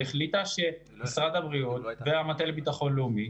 והחליטה שמשרד הבריאות והמטה לביטחון לאומי,